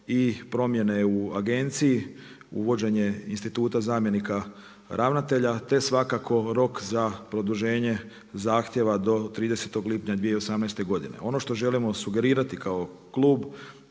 i promjene u agenciji, uvođenje instituta zamjenika ravnatelja, te svakako rok za produženje zahtjeva do 30. lipnja 2018. godine. Ono što želimo sugerirati kao Klub,